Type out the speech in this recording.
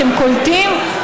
אתם קולטים?